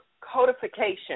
codification